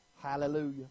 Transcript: Hallelujah